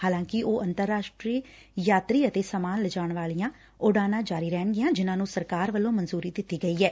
ਹਾਲਾਂਕਿ ਉਹ ਅੰਤਰ ਰਾਸ਼ਟਰੀ ਯਾਤਰੀ ਅਤੇ ਸਾਮਾਨ ਲਿਜਾਣ ਵਾਲੀਆਂ ਉਡਾਣਾਂ ਜਾਰੀ ਰਹਿਣਗੀਆਂ ਜਿਨ੍ਹਾਂ ਨ੍ਰੰ ਸਰਕਾਰ ਵੱਲੋਂ ਮਨਜੂਰੀ ਦਿੱਤੀ ਗਈ ਐ